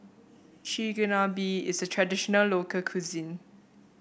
chigenabe is a traditional local cuisine